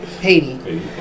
Haiti